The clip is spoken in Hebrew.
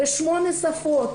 בשמונה שפות.